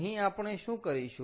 અહીં આપણે શું કરીશું